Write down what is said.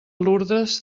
lurdes